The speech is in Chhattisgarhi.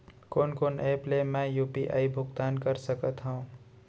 कोन कोन एप ले मैं यू.पी.आई भुगतान कर सकत हओं?